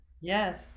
Yes